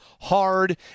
hard